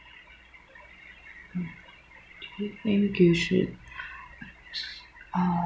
uh uh